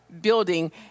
building